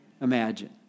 imagine